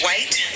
White